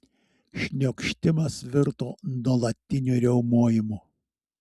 šniokštimas virto nuolatiniu riaumojimu